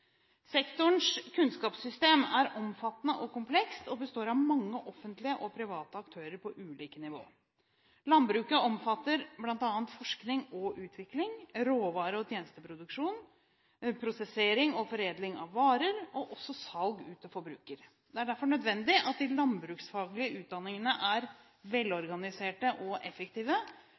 Sektorens kunnskapssystem er omfattende og komplekst og består av mange offentlige og private aktører på ulike nivå. Landbruket omfatter bl.a. forskning og utvikling, råvare- og tjenesteproduksjon, prosessering og foredling av varer, og også salg ut til forbruker. Det er derfor nødvendig at de landbruksfaglige utdanningene er velorganiserte og effektive,